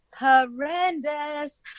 Horrendous